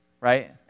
right